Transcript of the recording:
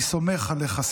אני סומך עליך,